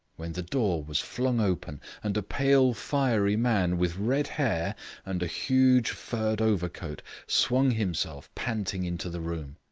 when the door was flung open, and a pale, fiery man, with red hair and a huge furred overcoat, swung himself panting into the room.